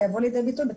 זה יבוא לידי ביטוי.